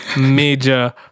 major